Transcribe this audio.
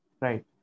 right